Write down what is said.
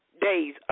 days